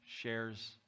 shares